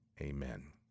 Amen